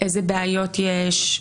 איזה בעיות יש?